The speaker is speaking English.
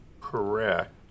correct